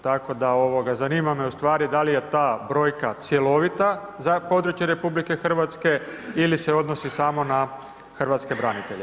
Tako da zanima me ustvari da li je ta brojka cjelovita za područje RH ili se odnosi samo na hrvatske branitelje?